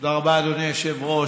תודה רבה, אדוני היושב-ראש.